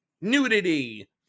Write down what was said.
nudity